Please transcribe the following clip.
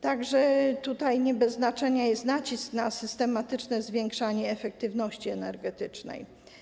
Tak więc tutaj nie bez znaczenia jest nacisk na systematyczne zwiększanie efektywności energetycznej.